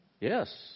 Yes